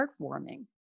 heartwarming